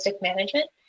management